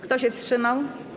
Kto się wstrzymał?